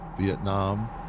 Vietnam